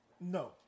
No